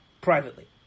privately